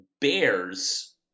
bears